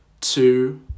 two